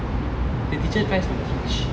the teacher tries to teach